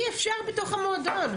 אבל אי אפשר בתוך המועדון.